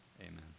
Amen